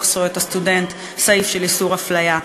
זכויות הסטודנט סעיף של איסור הפליה.